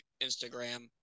Instagram